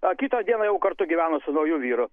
a kitą dieną jau kartu gyveno su nauju vyru